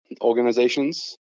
organizations